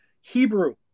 Hebrew